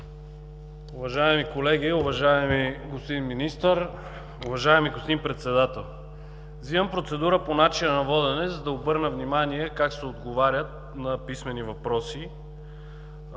Уважаеми колеги, уважаеми господин Министър, уважаеми господин Председател! Взимам процедура по начина на водене, за да обърна внимание как се отговаря на писмени въпроси